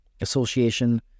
Association